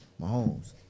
Mahomes